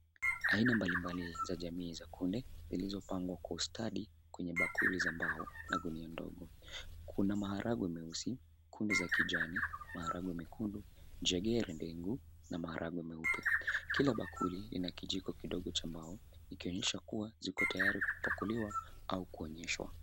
Aina mbalimbali za jamii za kunde zilizopangwa kwa ustadi kwenye bakuli za mbao na gunia ndogo. Kuna maharage meusi, kunde za kijani, maharage mekundu, jengere ndengu na maharage meupe. Kila bakuli lina kijiko kidogo cha mbao, ikionyesha kuwa ziko tayari kwa kupakuliwa au kuonyeshwa.